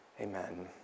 Amen